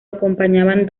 acompañaban